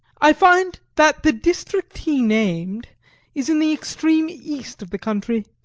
i find that the district he named is in the extreme east of the country,